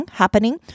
happening